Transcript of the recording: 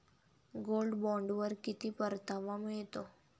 Gold बॉण्डवर किती परतावा मिळतो?